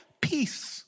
peace